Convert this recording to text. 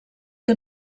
que